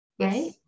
right